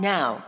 Now